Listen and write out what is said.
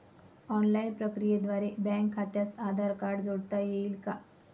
Online प्रक्रियेद्वारे bank खात्यास Aadhaar card जोडता येईल का?